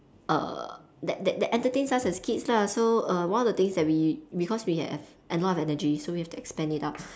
err that that that entertains us as kids lah so err one of the things that we because we have a lot of energy so we have to expand it out